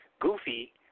goofy